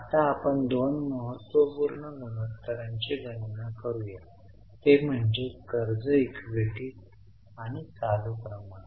आता आपण दोन महत्त्वपूर्ण गुणोत्तरांची गणना करूया ते म्हणजे कर्ज इक्विटी आणि चालू प्रमाण